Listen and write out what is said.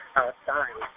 outside